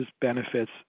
benefits